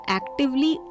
actively